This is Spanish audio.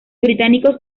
británicos